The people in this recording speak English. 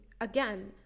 again